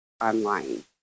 online